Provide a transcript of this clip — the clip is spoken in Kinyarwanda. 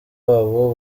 wabo